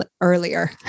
earlier